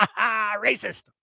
Racist